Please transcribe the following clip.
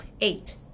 eight